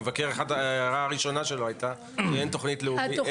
המבקר, הערה ראשונה שלו הייתה שאין תוכנית לאומית.